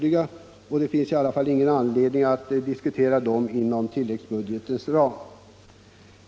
Utskottet finner det dock inte i dag erforderligt att öka dessa delramar inom tilläggsbudgetens ram.